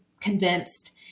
convinced